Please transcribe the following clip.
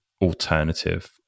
alternative